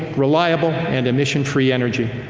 reliable, and emission-free energy.